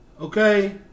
Okay